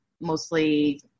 mostly